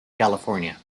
california